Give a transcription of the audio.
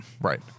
Right